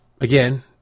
Again